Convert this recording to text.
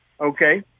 okay